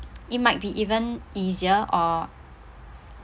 it might be even easier or